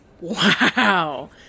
Wow